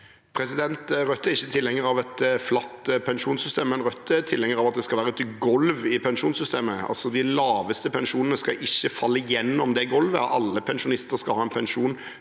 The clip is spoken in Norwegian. Rødt er ikke til- henger av et flatt pensjonssystem, men Rødt er tilhenger av at det skal være et golv i pensjonssystemet. Altså: De laveste pensjonene skal ikke falle gjennom det golvet, alle pensjonister skal ha en pensjon